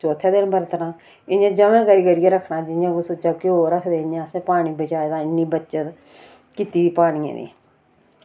चौथे दिन बरतना इय्यां जमां करी करियै रक्खना जि'यां कोई सुच्चा घ्यो रक्खदे इय्यां असैं पानी बचाए दा इन्नी बचत कीत्ती दी पानिये दी